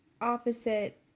opposite